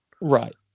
Right